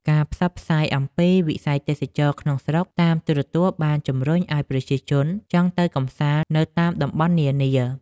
ការផ្សព្វផ្សាយអំពីវិស័យទេសចរណ៍ក្នុងស្រុកតាមទូរទស្សន៍បានជំរុញឱ្យប្រជាជនចង់ទៅកម្សាន្តនៅតាមតំបន់នានា។